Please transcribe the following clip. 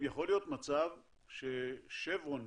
ש'שברון',